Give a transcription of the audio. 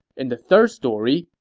in the third story,